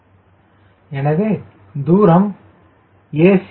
எவ்வளவு தூரம் a